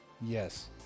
Yes